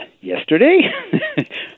yesterday